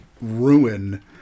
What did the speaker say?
ruin